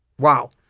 Wow